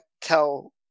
tell